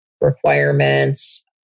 requirements